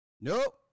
Nope